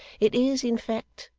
it is, in fact,